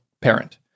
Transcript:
parent